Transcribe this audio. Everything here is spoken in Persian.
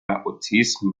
اوتیسم